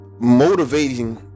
motivating